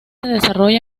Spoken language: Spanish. desarrolla